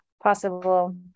possible